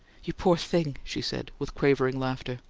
you poor thing! she said, with quavering laughter.